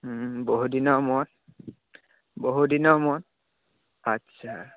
বহুদিনৰ মূৰত বহুদিনৰ মূৰত আচ্ছা